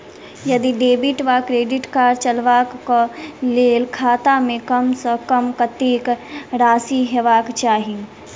यदि डेबिट वा credit card चलबाक कऽ लेल खाता मे कम सऽ कम कत्तेक राशि हेबाक चाहि?